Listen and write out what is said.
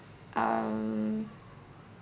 um